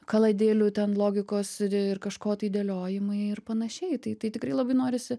kaladėlių ten logikos ir kažko tai dėliojimai ir panašiai tai tai tikrai labai norisi